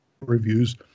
reviews